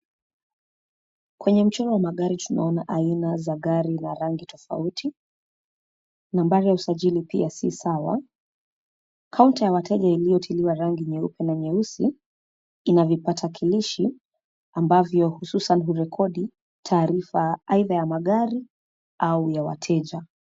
Kwenye mchoro wa magari tunaona aina za gari na rangi tofauti. Nambari ya usajili pia si sawa. Kaunta ya wateja iliyotiliwa rangi nyeupe na nyeusi ina vipatakilishi ambavyo hususan hurekodi, taarifa aidha ya magari au ya wateja.